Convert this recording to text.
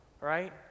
Right